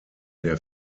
der